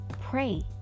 pray